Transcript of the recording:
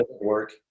work